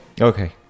Okay